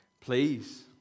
Please